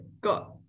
got